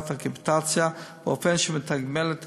בנוסחת הקפיטציה, באופן שמתגמל את